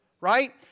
right